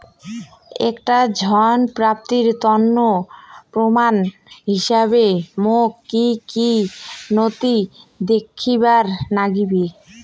একটা ঋণ প্রাপ্তির তন্ন প্রমাণ হিসাবে মোক কী কী নথি দেখেবার নাগিবে?